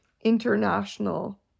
international